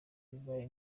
bibaye